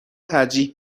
ترجیح